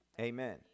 Amen